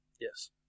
Yes